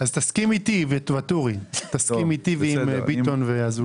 תסכים איתי ועם ביטון ואזולאי.